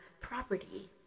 property